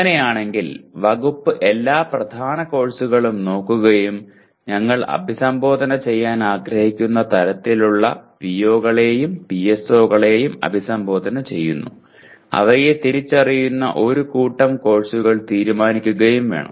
അങ്ങനെയാണെങ്കിൽ വകുപ്പ് എല്ലാ പ്രധാന കോഴ്സുകളും നോക്കുകയും ഞങ്ങൾ അഭിസംബോധന ചെയ്യാൻ ആഗ്രഹിക്കുന്ന തരത്തിലുള്ള PO കളെയും PSO കളെയും അഭിസംബോധന ചെയ്യുന്ന അവയെ തിരിച്ചറിയുന്ന ഒരു കൂട്ടം കോഴ്സുകൾ തീരുമാനിക്കുകയും വേണം